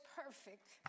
perfect